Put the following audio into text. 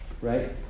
right